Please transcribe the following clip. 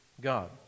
God